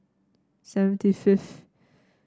seventy fifth